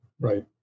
Right